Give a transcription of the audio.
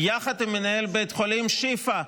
יחד עם מנהל בית החולים שיפא,